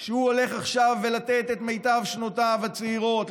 שהוא הולך עכשיו לתת את מיטב שנותיו הצעירות,